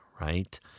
right